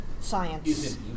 science